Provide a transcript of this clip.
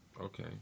Okay